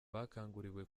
bakanguriwe